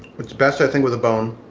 it's best i think with a bone.